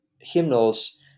hymnals